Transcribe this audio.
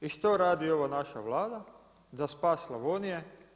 I što radi ova naša Vlada za spas Slavonije?